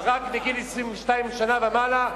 אבל רק בגיל 22 שנה ומעלה,